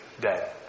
dead